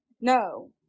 No